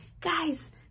Guys